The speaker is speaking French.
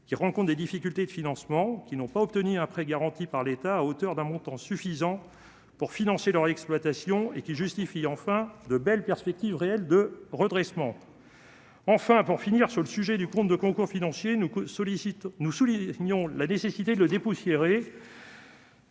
qui rencontre des difficultés de financement qui n'ont pas obtenu un prêt garanti par l'État à hauteur d'un montant suffisant pour financer leur exploitation et qui justifie, enfin, de belles perspectives réelles de redressement enfin pour finir sur le sujet du compte de concours financiers nous sollicite, nous soulignons la nécessité de le dépoussiérer.